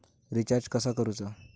Recharge कसा करूचा?